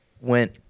went